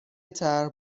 طرح